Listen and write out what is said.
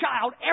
child